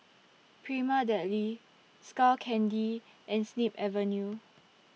Prima Deli Skull Candy and Snip Avenue